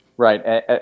Right